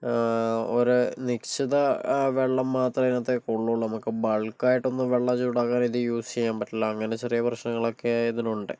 ഒരു നിശ്ചിത വെള്ളം മാത്രമേ അതിനകത്തേക്ക് കൊള്ളുകയുള്ളൂ നമ്മക്ക് ബൾക്കയിട്ടൊന്നും വെള്ളം ചൂടാക്കാൻ ഇത് യൂസ് ചെയ്യാൻ പറ്റില്ല അങ്ങനെ ചെറിയ പ്രശ്നങ്ങളൊക്കെ ഇതിലുണ്ട്